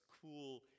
cool